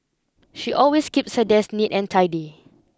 she always keeps her desk neat and tidy